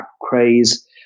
craze